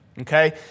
Okay